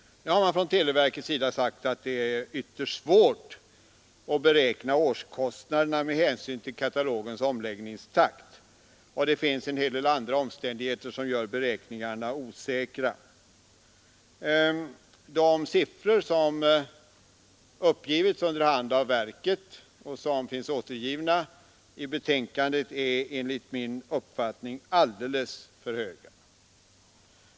Nu har man från televerkets sida sagt att det är ytterst svårt att beräkna årskostnaderna med hänsyn till katalogens omläggningstakt, och det finns även en hel del andra omständigheter som gör beräkningarna osäkra. De siffror som uppgivits under hand av verket, och som finns återgivna i betänkandet, är enligt min uppfattning alldeles för höga.